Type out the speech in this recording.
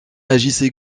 agissent